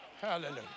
Hallelujah